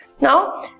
Now